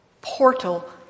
portal